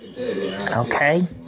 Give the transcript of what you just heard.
Okay